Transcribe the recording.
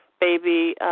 Baby